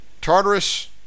Tartarus